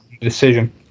decision